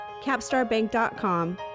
capstarbank.com